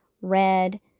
red